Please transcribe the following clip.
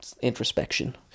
introspection